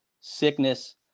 sickness